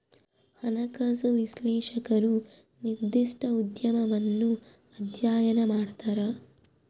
ಹಣಕಾಸು ವಿಶ್ಲೇಷಕರು ನಿರ್ದಿಷ್ಟ ಉದ್ಯಮವನ್ನು ಅಧ್ಯಯನ ಮಾಡ್ತರ